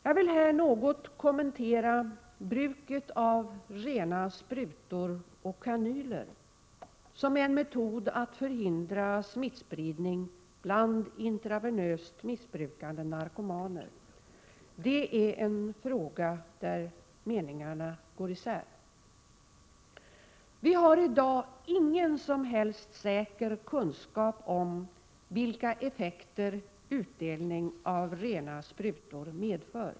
Jag vill här något kommentera bruket av rena sprutor och kanyler som en metod att förhindra smittspridning bland intravenöst missbrukande narkomaner. Det är en fråga där meningarna går isär. Vi har i dag ingen som helst säker kunskap om vilka effekter utdelning av rena sprutor medför.